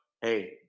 hey